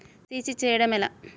CC చేయడము ఎలా?